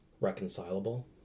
reconcilable